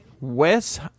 Wes